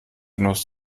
nuss